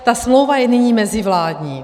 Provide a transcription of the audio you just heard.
Ta smlouva je nyní mezivládní.